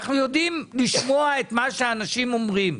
אנחנו יודעים לשמוע את מה שהאנשים אומרים.